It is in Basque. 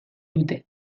dute